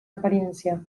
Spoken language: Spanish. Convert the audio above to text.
apariencia